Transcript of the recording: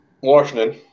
Washington